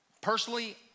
personally